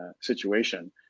situation